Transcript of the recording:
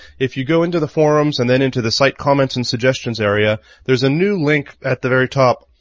if you go into the forums and then into the site comments and suggestions' area, there's a new link at the very top.